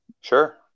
sure